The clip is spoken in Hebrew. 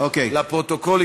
לפרוטוקול,